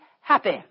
happy